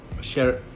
share